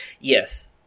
Yes